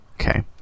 Okay